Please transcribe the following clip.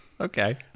Okay